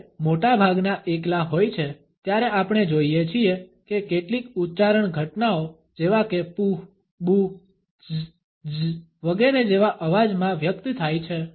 જ્યારે મોટાભાગના એકલા હોય છે ત્યારે આપણે જોઈએ છીએ કે કેટલીક ઉચ્ચારણ ઘટનાઓ જેવા કે પૂહ બૂહ ત્ઝ ત્ઝ વગેરે જેવા અવાજમાં વ્યક્ત થાય છે